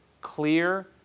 clear